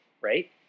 right